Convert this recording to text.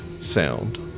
sound